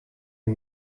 een